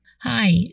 Hi